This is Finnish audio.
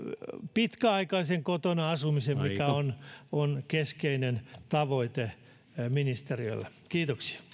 pitkäaikaisen kotona asumisen mikä on keskeinen tavoite ministeriölle kiitoksia